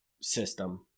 system